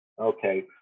Okay